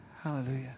Hallelujah